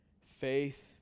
Faith